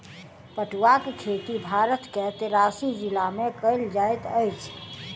पटुआक खेती भारत के तिरासी जिला में कयल जाइत अछि